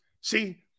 See